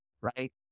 right